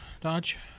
dodge